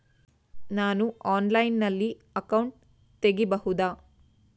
ನಾನು ಆನ್ಲೈನಲ್ಲಿ ಅಕೌಂಟ್ ತೆಗಿಬಹುದಾ?